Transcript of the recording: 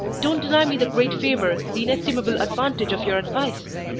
don't deny me the great favor, the inestimable advantage of your advice!